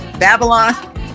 Babylon